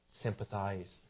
sympathize